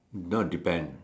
no it depends